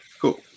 Cool